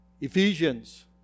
ephesians